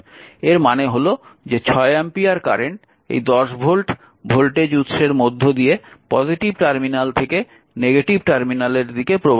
এর মানে হল যে 6 অ্যাম্পিয়ার কারেন্ট এই 10 ভোল্ট ভোল্টেজ উৎসের মধ্য দিয়ে পজিটিভ টার্মিনাল থেকে নেগেটিভ টার্মিনালের দিকে প্রবাহিত হচ্ছে